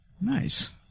Nice